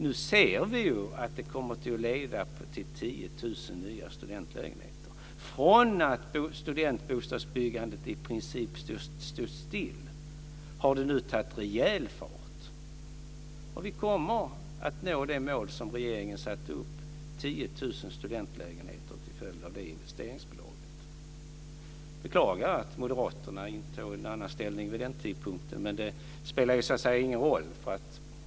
Nu ser vi att det leder till 10 000 nya studentlägenheter. Från att byggandet av studentbostäder i princip stod stilla har det nu tagit rejäl fart. Vi kommer att nå det mål som regeringen satte upp, Jag beklagar att moderaterna intog en annan ståndpunkt, men det spelar ingen roll.